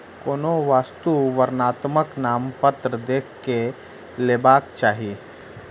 कोनो वस्तु वर्णनात्मक नामपत्र देख के लेबाक चाही